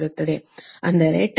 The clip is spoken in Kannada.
ಅಂದರೆ tan R1 0